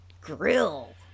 grill